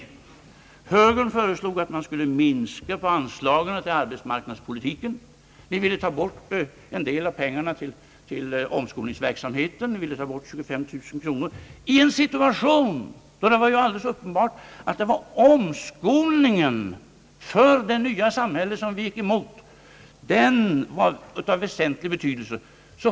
Jo, högern föreslog att man skulle minska på anslagen för arbetsmarknadspolitiken. Man ville ta bort 25 miljoner kronor från anslagen till omskolningsverksamhet i en situation där det var alldeles uppenbart att omskolningen för det nya samhället var av väsentlig betydelse.